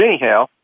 anyhow